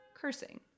cursing